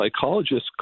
Psychologists